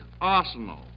arsenal